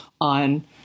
on